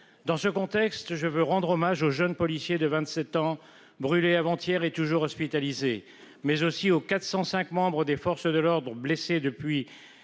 Dans ce contexte, je veux rendre hommage au jeune policier de 27 ans brûlée avant-hier est toujours hospitalisé, mais aussi aux 405 membres des forces de l'ordre blessés depuis